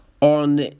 on